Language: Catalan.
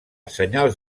senyals